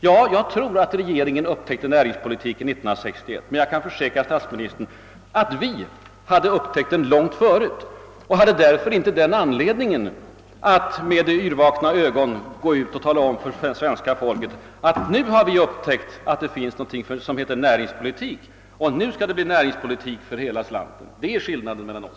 Ja, jag tror att regeringen gjorde den upptäckten 1961, men jag kan försäkra statsministern att vi hade upptäckt den långt tidigare. Vi hade därför inte samma anledning som ni att med yrvakna ögon gå ut och tala om för svenska folket: Nu har vi upptäckt att det finns någonting som heter näringspolitik och nu skall det bli näringspolitik för hela slanten. — Det är skillnaden mellan oss.